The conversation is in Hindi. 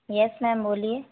यस मैम बोलिए